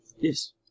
Yes